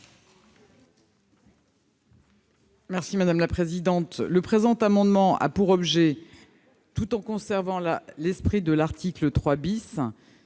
est à Mme la ministre. Le présent amendement a pour objet, tout en conservant l'esprit de l'article 3 ,